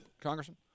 Congressman